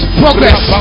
progress